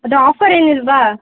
ಅದು ಆಫರ್ ಏನಿಲ್ಲವಾ